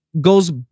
goes